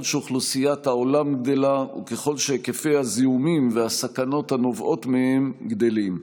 שאוכלוסיית העולם גדלה וככל שהיקפי הזיהומים והסכנות הנובעות מהם גדלים.